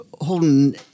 Holden